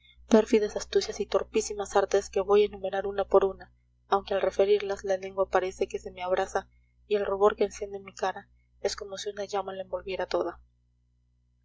sí pérfidas astucias y torpísimas artes que voy a enumerar una por una aunque al referirlas la lengua parece que se me abrasa y el rubor que enciende mi cara es como si una llama la envolviera toda